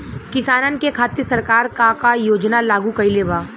किसानन के खातिर सरकार का का योजना लागू कईले बा?